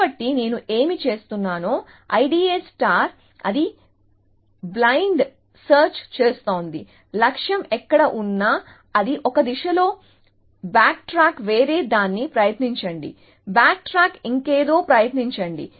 కాబట్టి నేను ఏమి చేస్తున్నానో IDA అది బ్లైండ్ సెర్చ్ చేస్తోంది లక్ష్యం ఎక్కడ ఉన్నా అది ఒక దిశలో బ్యాక్ ట్రాక్ వేరే దాన్ని ప్రయత్నించండి బ్యాక్ ట్రాక్ ఇంకేదో ప్రయత్నించండి